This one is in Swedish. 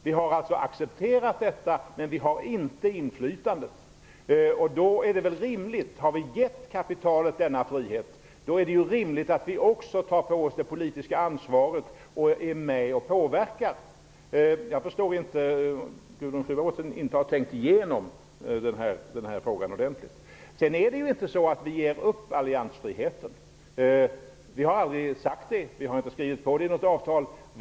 Vi har alltså accepterat avtalet, men vi har inte inflytandet. Har vi givit kapitalet denna frihet är det ju rimligt att vi också tar på oss det politiska ansvaret och är med och påverkar. Gudrun Schyman måste inte ha tänkt igenom den här frågan ordentligt. Det är inte så att vi ger upp alliansfriheten. Vi har aldrig sagt det. Vi har inte skrivit på något avtal om det.